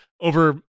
Over